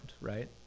right